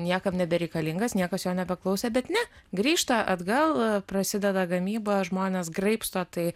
niekam nebereikalingas niekas jo nebeklausė bet ne grįžta atgal prasideda gamyba žmonės graibsto tai